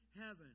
heaven